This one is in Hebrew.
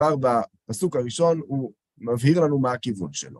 בפסוק הראשון הוא מבהיר לנו מהכיוון שלו.